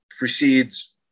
precedes